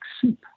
soup